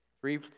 Three